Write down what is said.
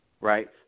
right